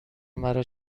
مرا